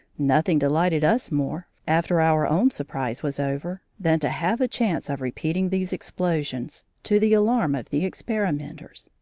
nothing delighted us more, after our own surprise was over, than to have a chance of repeating these explosions, to the alarm of the experimenters.